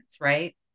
right